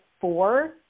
four